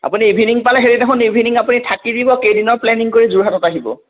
আপুনি ইভিননিং পালে হেৰি দেখোন ইভিননিং আপুনি থাকি দিব কেইদিনৰ প্লেনিং কৰি যোৰহাটত আহিব